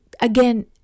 again